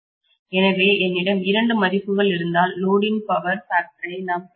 எனவே என்னிடம் இரண்டு மதிப்புகள் இருந்தால் லோடின் பவர் ஃபேக்டரை நாம் குறைக்க முடியும்